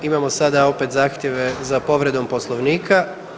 Imamo sada opet zahtjeve za povredom Poslovnika.